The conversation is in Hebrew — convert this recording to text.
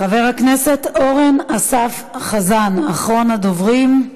חבר הכנסת אורן אסף חזן, אחרון הדוברים,